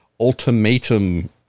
ultimatum